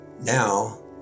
now